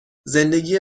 زندگی